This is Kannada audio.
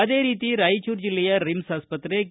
ಅದೇ ರೀತಿ ರಾಯಚೂರು ಜಿಲ್ಲೆಯ ರಿಮ್ಸ್ ಆಸ್ಪತ್ರೆ ಕೆ